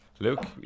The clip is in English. Luke